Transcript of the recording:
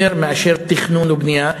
יותר מתכנון ובנייה.